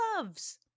gloves